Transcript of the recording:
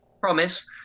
promise